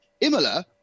Imola